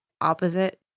opposite